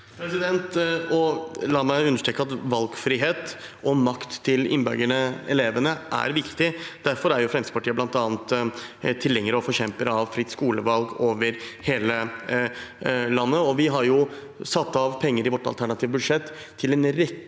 La meg under- streke at valgfrihet og makt til innbyggerne, elevene, er viktig. Derfor er Fremskrittspartiet bl.a. tilhenger av og forkjemper for fritt skolevalg over hele landet. Vi har satt av penger i vårt alternative budsjett til en rekke